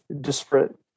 disparate